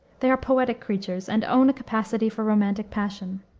they are poetic creatures, and own a capacity for romantic passion.